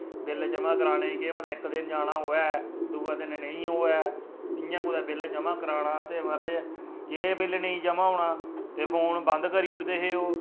bill ज'मा कराने च केह् पता इक दिन जाना होऐ दूए दिन नेईं होऐ इ'यां कुतै बिल ज'मा कराना ते महाराज गे बिल नेईं ज'मा होना ते फोन बंद करी ओड़दे हे ओह्